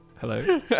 Hello